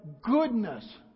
goodness